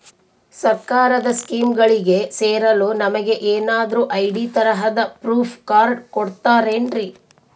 ಸರ್ಕಾರದ ಸ್ಕೀಮ್ಗಳಿಗೆ ಸೇರಲು ನಮಗೆ ಏನಾದ್ರು ಐ.ಡಿ ತರಹದ ಪ್ರೂಫ್ ಕಾರ್ಡ್ ಕೊಡುತ್ತಾರೆನ್ರಿ?